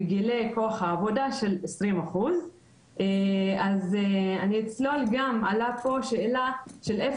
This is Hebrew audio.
בגילאי כוח העבודה של 20%. עלתה פה שאלה של איפה